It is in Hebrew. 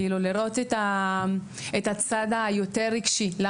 כאילו להוציא מהם את הצד היותר רגשי ואת